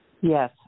Yes